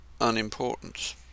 unimportant